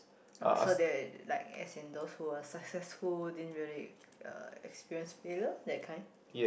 also that like as in those who are successful didn't really uh experience payroll that kind